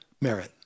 merit